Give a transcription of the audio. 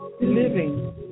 living